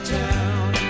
town